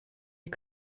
les